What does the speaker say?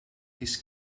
this